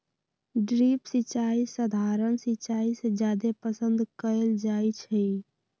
drip सिंचाई सधारण सिंचाई से जादे पसंद कएल जाई छई